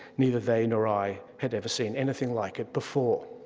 neither they nor i had ever seen anything like it before.